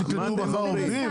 מה, אתם לא תקלטו מחר עובדים?